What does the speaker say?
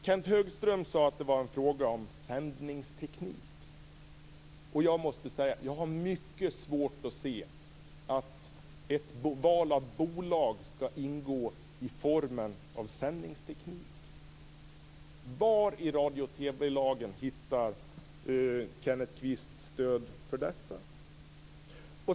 Kenth Högström sade att det var en fråga om sändningsteknik, och jag måste säga att jag har mycket svårt att se att ett val av bolag skall ingå i formen av sändningsteknik. Var i radio och TV lagen hittar Kenneth Kvist stöd för detta?